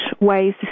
ways